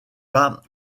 pas